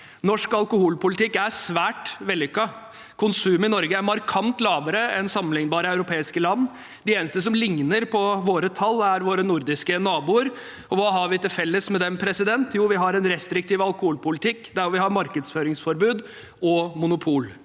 Norsk alkoholpolitikk er svært vellykket. Konsumet i Norge er markant lavere enn konsumet i sammenlignbare europeiske land. De eneste som har tall som ligner på våre, er våre nordiske naboer. Og hva har vi til felles med dem? Jo, vi har en restriktiv alkoholpolitikk med markedsføringsforbud og monopol.